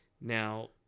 Now